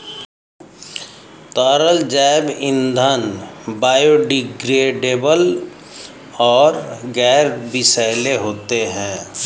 तरल जैव ईंधन बायोडिग्रेडेबल और गैर विषैले होते हैं